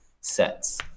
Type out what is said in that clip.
sets